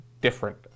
different